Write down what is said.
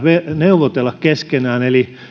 neuvotella keskenään eli